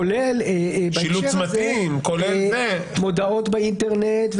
כולל בהקשר הזה מודעות באינטרנט,